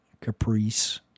Caprice